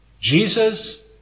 Jesus